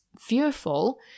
fearful